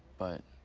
but